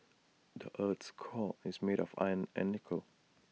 the Earth's core is made of iron and nickel